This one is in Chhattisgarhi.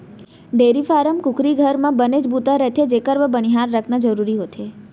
डेयरी फारम, कुकरी घर, मन म बनेच बूता रथे जेकर बर बनिहार रखना जरूरी होथे